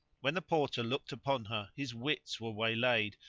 when the porter looked upon her his wits were waylaid,